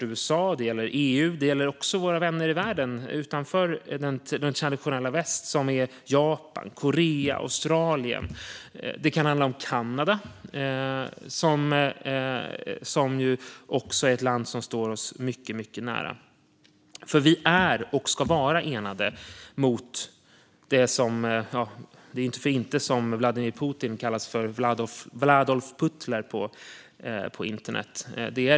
Det gäller USA, EU, Japan, Sydkorea, Australien och Kanada. Vi är och ska vara enade mot Vladolf Putler, som Putin kallas på internet.